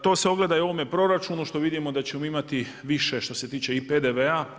To se ogleda i u ovome proračunu što vidimo da ćemo imati više što se tiče i PDV-a.